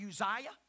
Uzziah